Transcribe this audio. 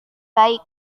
baik